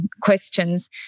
questions